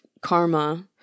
karma